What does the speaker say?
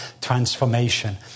transformation